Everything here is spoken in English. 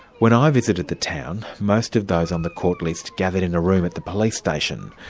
when i visited the town, most of those on the court list gathered in a room at the police station,